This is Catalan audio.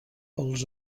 els